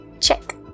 Check